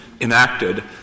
enacted